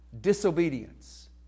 disobedience